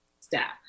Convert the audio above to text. staff